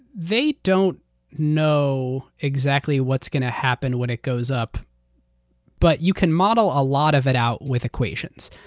they don't know exactly what's going to happen when it goes up but you can model a lot of it out with equations.